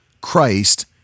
Christ